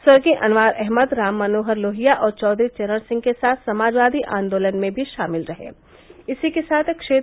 स्वर्गीय अनवार अहमद राम मनोहर लोहिया और चौधरी चरण सिंह के साथ समाजवादी आन्दोलन में भी शामिल रहे थे